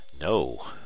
No